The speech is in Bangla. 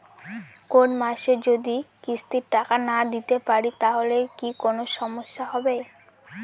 কোনমাসে যদি কিস্তির টাকা না দিতে পারি তাহলে কি কোন সমস্যা হবে?